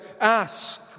Ask